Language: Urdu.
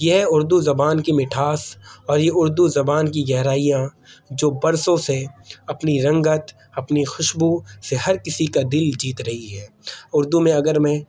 یہ ہے اردو زبان کی مٹھاس اور یہ اردو زبان کی گہرائیاں جو برسوں سے اپنی رنگت اپنی خوشبو سے ہر کسی کا دل جیت رہی ہے اردو میں اگر میں